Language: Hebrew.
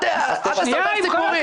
אל תספר סיפורים.